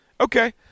okay